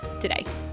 today